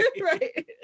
Right